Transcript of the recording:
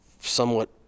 somewhat